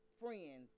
friends